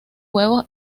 huevos